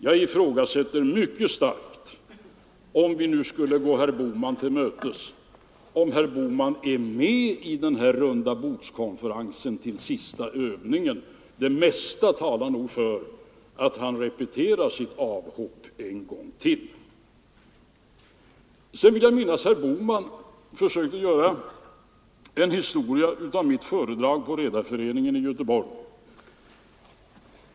Jag ifrågasätter mycket starkt — ifall vi nu skulle gå herr Bohman till mötes — om herr Bohman är med i den rundabordskonferensen till sista övningen. Det mesta talar nog för att han repeterar sitt avhopp. Jag vill minnas att herr Bohman försökte göra en historia av mitt föredrag på Redareföreningen i Göteborg.